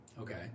Okay